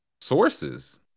Sources